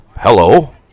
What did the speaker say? hello